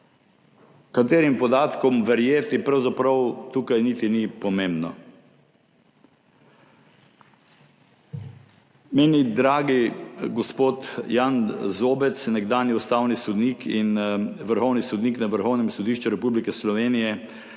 Katerim podatkom verjeti, pravzaprav tukaj niti ni pomembno. Meni dragi gospod Jan Zobec, nekdanji ustavni sodnik in vrhovni sodnik na Vrhovnem sodišču Republike Slovenije,